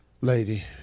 Lady